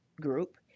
group